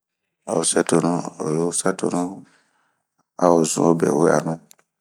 A oh sɛtonu, oyi osɛtonu,a ozun obe weanu